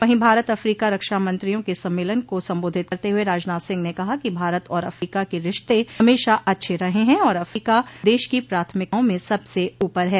वहीं भारत अफीका रक्षामंत्रियों के सम्मेलन को संबोधित करते हुए राजनाथ सिंह ने कहा कि भारत और अफ्रीका के रिश्ते हमेशा अच्छे रहे हैं और अफ्रीका देश की प्राथमिकताओं में सबसे ऊपर है